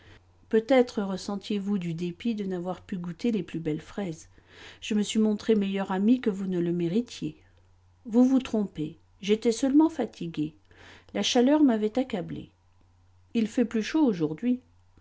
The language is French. peut-être ressentiez vous du dépit de n'avoir pu goûter les plus belles fraises je me suis montrée meilleure amie que vous ne le méritiez vous vous trompez j'étais seulement fatigué la chaleur m'avait accablé il fait plus chaud aujourd'hui